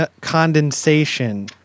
condensation